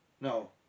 no